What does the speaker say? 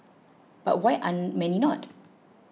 but why are many not